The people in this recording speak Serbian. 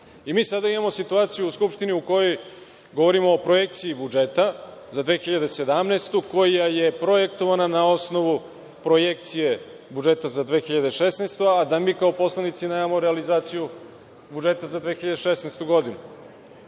Mi sada imamo situaciju u Skupštini u kojoj govorimo o projekciji budžeta za 2017. godinu koja je projektovana na osnovu projekcije budžeta za 2016. godinu, a da mi kao poslanici nemamo realizaciju budžeta za 2016. godinu. Teško